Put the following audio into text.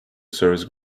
serves